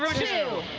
two,